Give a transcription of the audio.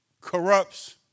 corrupts